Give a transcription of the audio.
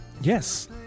Yes